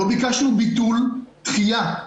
לא ביקש ביטול, דחייה.